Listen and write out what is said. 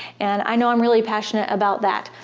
and i know i'm really passionate about that!